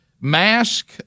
mask